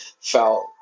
felt